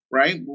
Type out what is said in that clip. right